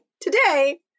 today